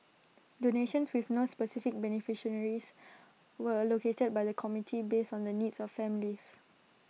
donations with no specific beneficiaries were allocated by the committee based on the needs of families